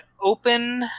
open